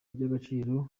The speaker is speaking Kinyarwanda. iby’agaciro